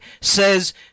says